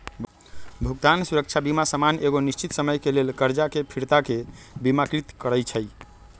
भुगतान सुरक्षा बीमा सामान्य एगो निश्चित समय के लेल करजा के फिरताके बिमाकृत करइ छइ